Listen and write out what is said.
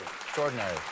Extraordinary